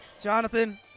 Jonathan